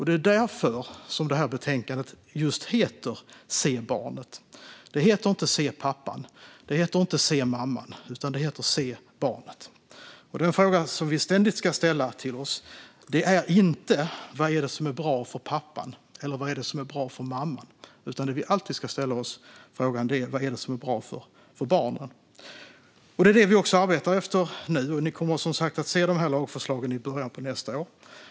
Det är därför som det här betänkandet heter Se barnet! Det heter inte Se pappan! eller Se mamman! Det heter Se barnet! Och frågan som vi alltid ska ställa oss är inte vad som är bra för pappan eller vad som är bra för mamman. Frågan som vi alltid ska ställa oss är vad som är bra för barnet. Det är också det vi arbetar efter nu, och ni kommer att få se lagförslagen i början av nästa år.